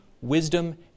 wisdom